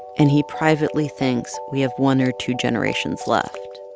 and he privately thinks we have one or two generations left.